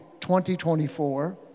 2024